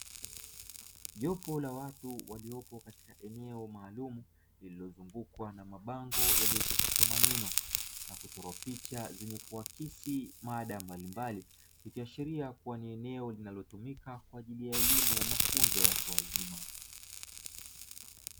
Jopo la watu waliopo katika eneo maalumu lililozungukwa na mabango yaliyochapishwa maneno na kuchorwa picha zenye kuakisi maada mbalimbali, ikiashiria ni eneo linalotumika kwa ajili ya elimu ya mafunzo ya watu wazima.